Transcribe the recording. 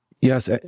Yes